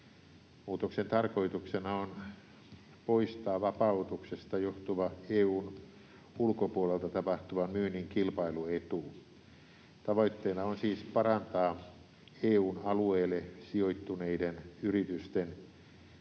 Muutoksen tarkoituksena on poistaa vapautuksesta johtuva EU:n ulkopuolelta tapahtuvan myynnin kilpailuetu. Tavoitteena on siis parantaa EU:n alueelle sijoittuneiden yritysten